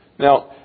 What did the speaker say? Now